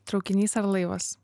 traukinys ar laivas